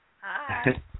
hi